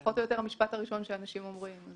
זה פחות או יותר המשפט הראשון שאנשים אומרים.